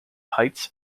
heights